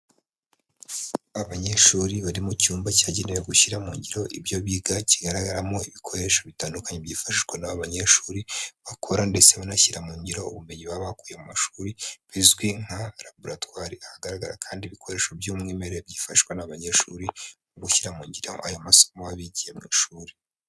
Abanyeshuri bari mu cyumba cyagenewe gushyira mu ngiro ibyo biga, kigaragaramo ibikoresho bitandukanye byifashishwa n'aba banyeshuri, bakora ndetse banashyira mu ngiro ubumenyi baba bakuye mu mashuri, bizwi nka raboratwari ahagaragara kandi ibikoresho by'umwimerere byifashishwa n'aba banyeshuri mu gushyira mu ngiro ayo masomo baba bigiye mu ishuri.